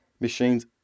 machines